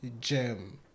gem